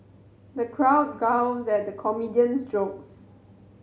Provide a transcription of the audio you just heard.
the crowd guffawed at the comedian's jokes